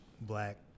black